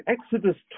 Exodus